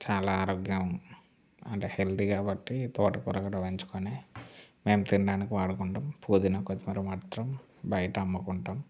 చాలా ఆరోగ్యాం and healthy కాబట్టి తోటకూర కూడా వేయించుకొని మేము తినడానికి వాడుకుంటాము పుదీనా కొత్తిమీర మాత్రం బయట అమ్ముకుంటాము